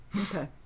Okay